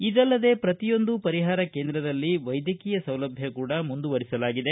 ಇದಲ್ಲದೇ ಪ್ರತಿಯೊಂದು ಪರಿಹಾರ ಕೇಂದ್ರದಲ್ಲಿ ವೈದ್ಯಕೀಯ ಸೌಲಭ್ಞ ಕೂಡ ಮುಂದುವರಿಸಲಾಗಿದೆ